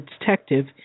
detective